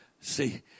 See